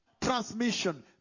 transmission